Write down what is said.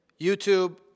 YouTube